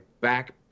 back